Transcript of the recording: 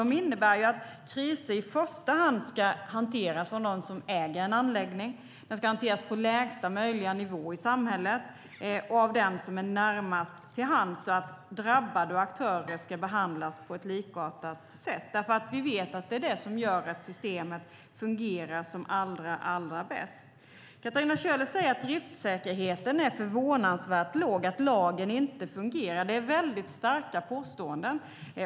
Detta innebär att kriser i första hand ska hanteras av någon som äger en anläggning. De ska hanteras på lägsta möjliga nivå i samhället, och de ska hanteras av den som är närmast till hands så att drabbade och aktörer ska behandlas på ett likartat sätt. Vi vet att det är det som gör att systemet fungerar som allra bäst. Katarina Köhler säger att driftsäkerheten är förvånansvärt låg och att lagen inte fungerar. Det är starka påståenden.